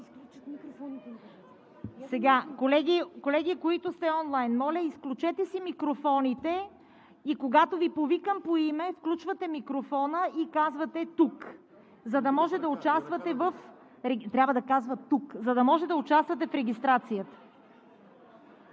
ЦВЕТА КАРАЯНЧЕВА: Колеги, които сте онлайн, моля, изключете си микрофоните, когато Ви повикам по име, включвате микрофона и казвате: тук, за да може да участвате в регистрацията.